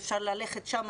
אפשר ללכת שם,